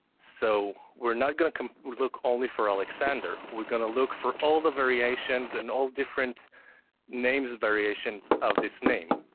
so we're not gonna look only for alexander, we're gonna look for all the variations and all different names variations of this name.